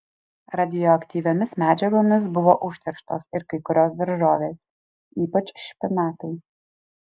radioaktyviomis medžiagomis buvo užterštos ir kai kurios daržovės ypač špinatai